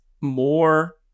more